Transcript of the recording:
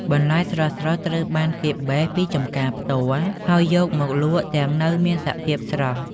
បន្លែស្រស់ៗត្រូវបានគេបេះពីចំការផ្ទាល់ ហើយយកមកលក់ទាំងនៅមានសភាពស្រស់។